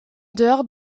dehors